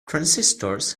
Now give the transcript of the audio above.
transistors